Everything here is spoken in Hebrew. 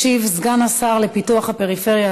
ישיב סגן השר לפיתוח הפריפריה,